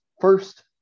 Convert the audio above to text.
first